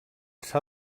s’ha